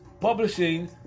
publishing